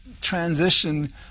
transition